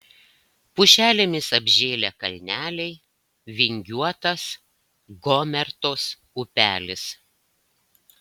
pušelėmis apžėlę kalneliai vingiuotas gomertos upelis